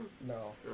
No